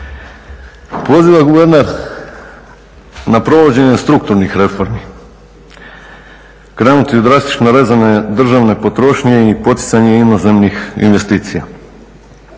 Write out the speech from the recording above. Poziva guverner na provođenje strukturnih reformi, krenuti u drastično rezanje državne potrošnje i poticanje inozemnih investicija.